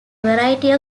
variety